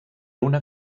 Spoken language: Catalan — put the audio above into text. una